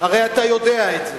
הרי אתה יודע את זה.